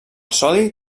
sodi